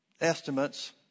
estimates